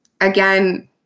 again